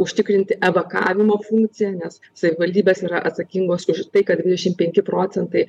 užtikrinti evakavimo funkciją nes savivaldybės yra atsakingos už tai kad dvidešimt penki procentai